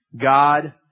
God